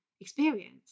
experience